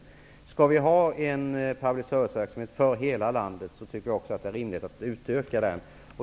Om vi skall ha en public service-verksamhet för hela landet, tycker jag att det också är rimligt att utöka den.